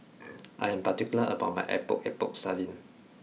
I am particular about my epok epok sardin